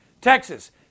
Texas